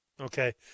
Okay